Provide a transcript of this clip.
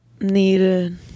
needed